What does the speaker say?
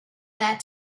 that